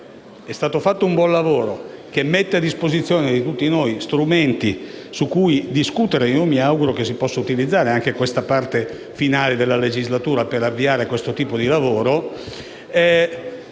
è stato fatto un buon lavoro, che mette a disposizione di tutti noi strumenti su cui discutere (e mi auguro che si possa utilizzare anche la parte finale della legislatura per avviare questo tipo di lavoro),